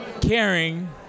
caring